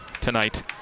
tonight